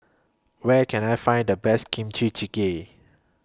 Where Can I Find The Best Kimchi Jjigae